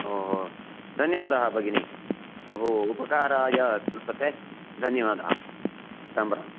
ओहो धन्यवादः भगिनी बहु उपकाराय कृते धन्यवादः राम राम